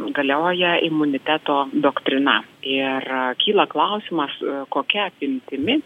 galioja imuniteto doktrina ir kyla klausimas kokia apimtimi